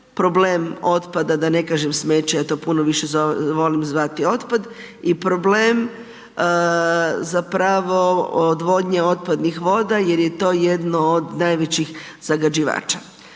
problem otpada a da ne kažem smeće, ja to puno više volim zvati otpad i problem zapravo odvodnje otpadnih voda jer je to jedno od najvećih zagađivača.